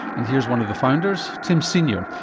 and here's one of the founders, tim senior,